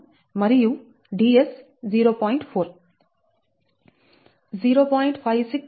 611 మరియు Ds 0